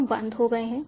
तीनों बंद हो गए